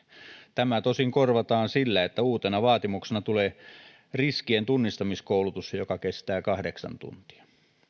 tämä tosin korvataan sillä että uutena vaatimuksena tulee riskientunnistamiskoulutus joka kestää kahdeksan tuntia